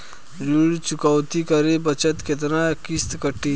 ऋण चुकौती करे बखत केतना किस्त कटी?